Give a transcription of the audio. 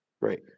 right